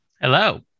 Hello